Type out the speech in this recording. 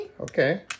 okay